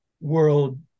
world